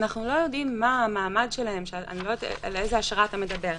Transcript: אני לא יודעת בדיוק על מה אתה מדבר,